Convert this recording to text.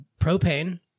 propane